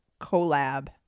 collab